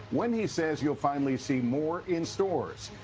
when he says you'll finally see more in stores.